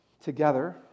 together